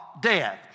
death